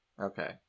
Okay